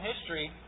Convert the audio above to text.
history